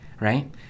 right